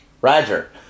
Roger